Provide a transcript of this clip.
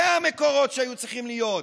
אלה המקורות שהיו צריכים להיות.